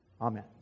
Amen